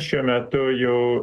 šiuo metu jau